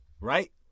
Right